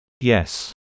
Yes